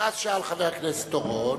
ואז שאל חבר הכנסת אורון.